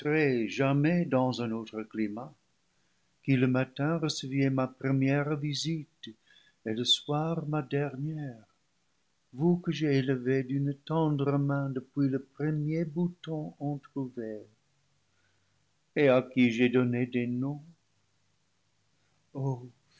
jamais dans un autre climat qui le matin receviez ma première visite et le soir ma dernière vous que j'ai élevées d'une tendre main depuis le premier bouton entrouvert et à qui j'ai donné des noms